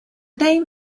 name